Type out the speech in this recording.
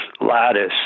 Lattice